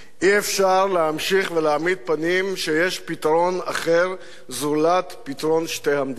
אי-אפשר להמשיך ולהעמיד פנים שיש פתרון אחר זולת פתרון שתי המדינות.